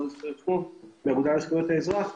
מהאגודה לזכויות האזרח.